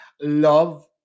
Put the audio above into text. Love